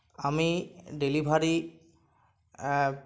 আমি delivery app